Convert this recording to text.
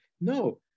No